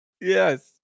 Yes